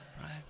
right